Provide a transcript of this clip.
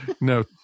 No